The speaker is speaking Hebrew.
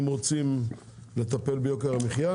אם רוצים לטפל ביוקר המחיה,